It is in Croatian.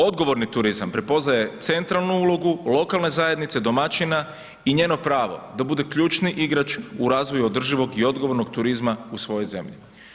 Odgovorni turizam prepoznaje centralnu ulogu, lokalne zajednice, domaćina i njeno pravo da bude ključni igrač u razvoju održivog i odgovornog turizma u svojoj zemlji.